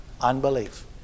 Unbelief